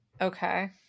Okay